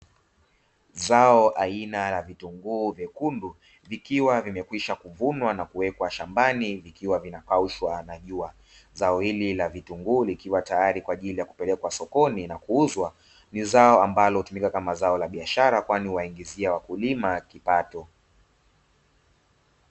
Zao aina la vitunguu vyekundu, vikiwa vimekwisha kuvunwa na kuwekwa shambani vikiwa vinakaushwa na jua. Zao hili la vitunguu likiwa tayari kwa ajili ya kupelekwa sokoni na kuuzwa, ni zao ambalo hutumika kama zao la bishara kwani huwaingizia wakulima kipato.